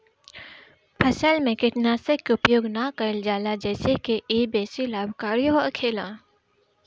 फसल में कीटनाशक के उपयोग ना कईल जाला जेसे की इ बेसी लाभकारी होखेला